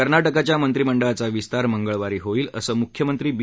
कर्नाटकच्या मंत्रीमंडळाचा विस्तार मंगळवारी होईल असं मुख्यमंत्री बी